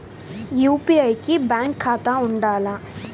UPI కి bank ఖాతా ఉండాల?